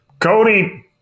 Cody